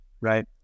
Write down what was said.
right